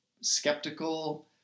skeptical